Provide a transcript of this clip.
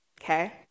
okay